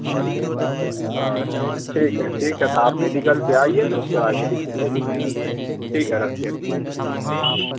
ہاں ٹھیک ہے ٹھیک ہے تو آپ میڈیکل پہ آئیے گا اس کے بعد میڈیسین لے لیجیے ٹھیک ہے رکھتے ہیں